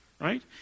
right